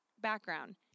background